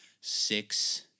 six